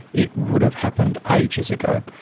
it would have happened ages ago.